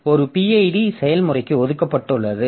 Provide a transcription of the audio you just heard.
ஒரு PID செயல்முறைக்கு ஒதுக்கப்பட்டுள்ளது